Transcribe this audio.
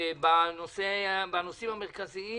בנושאים המרכזיים